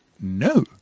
No